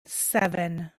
seven